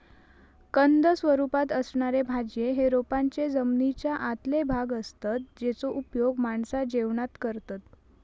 कंद स्वरूपात असणारे भाज्ये हे रोपांचे जमनीच्या आतले भाग असतत जेचो उपयोग माणसा जेवणात करतत